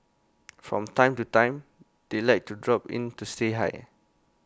from time to time they like to drop in to say hi